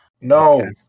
No